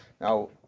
Now